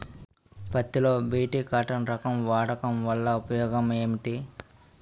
పత్తి లో BT cotton రకం వాడకం వల్ల ఉపయోగం ఏమిటి?